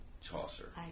Chaucer